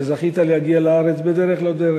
שזכית להגיע לארץ בדרך-לא-דרך,